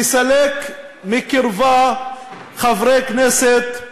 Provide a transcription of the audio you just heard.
לסלק מקרבה חברי כנסת,